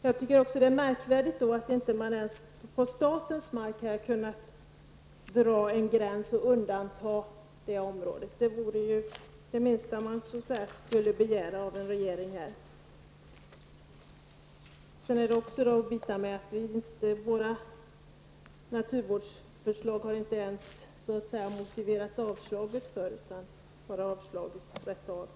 Jag tycker att det är märkvärdigt att man inte på statens mark har kunnat dra en gräns och undanta områden. Det är ju minsta man kunde begära av en regering. Slutligen vill jag säga att det inte ens har motiverats varför utskottet vill avslå våra förslag på naturvårdsområdet. De har bara avstyrkts rätt av.